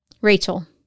Rachel